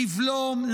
לבלום,